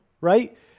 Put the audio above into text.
right